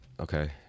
Okay